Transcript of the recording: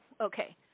okay